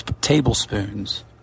tablespoons